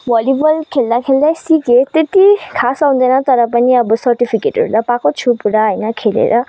volleyball खेल्दाखेल्दै सिकेँ त्यति खास आउँदैन तर पनि अब सर्टिफिकेटहरू त पाएको छु पुरा होइन खेलेर